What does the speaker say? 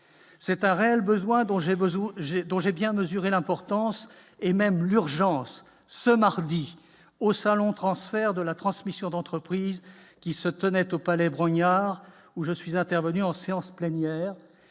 besoin j'ai dont j'ai bien mesuré l'importance, et même l'urgence ce mardi au salon, transfert de la transmission d'entreprise qui se tenait au Palais Brongniart où je suis intervenu en séance plénière,